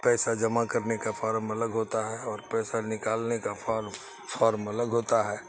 پیسہ جمع کرنے کا فارم الگ ہوتا ہے اور پیسہ نکالنے کا فارم فارم الگ ہوتا ہے